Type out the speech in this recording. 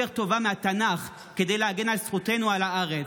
טובה מהתנ"ך כדי להגן על זכותנו על הארץ.